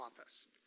Office